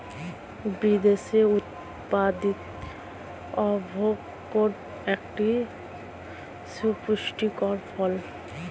বিদেশে উৎপাদিত অ্যাভোকাডো একটি সুপুষ্টিকর ফল